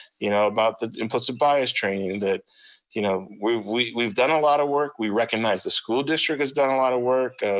you know about the implicit bias training that you know we we've done a lot of work, we recognize the school district has done a lot of work.